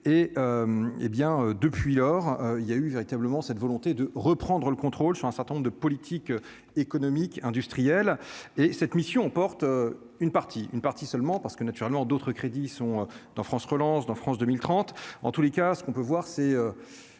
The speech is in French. depuis lors il y a eu véritablement cette volonté de reprendre le contrôle sur un certain nombre de politiques économiques, industriels et cette mission porte une partie, une partie seulement parce que, naturellement, d'autres crédits sont dans France relance dans France 2030 en tous les cas, ce qu'on peut voir, c'est